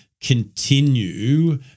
continue